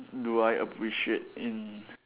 do I appreciate in